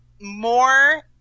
More